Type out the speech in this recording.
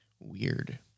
Weird